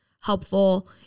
helpful